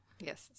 Yes